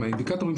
מהאינדיקטורים,